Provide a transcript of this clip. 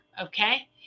Okay